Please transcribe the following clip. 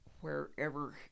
wherever